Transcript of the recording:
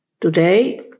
today